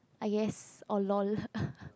I guess or lol